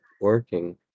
Working